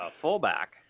fullback